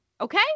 okay